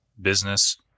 business